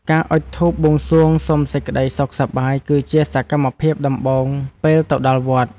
ការអុជធូបបួងសួងសុំសេចក្តីសុខសប្បាយ គឺជាសកម្មភាពដំបូងពេលទៅដល់វត្ត។